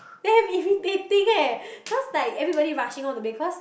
ya is irritating eh cause like everybody rushing home to bathe cause